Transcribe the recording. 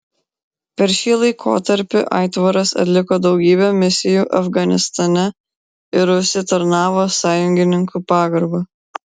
per šį laikotarpį aitvaras atliko daugybę misijų afganistane ir užsitarnavo sąjungininkų pagarbą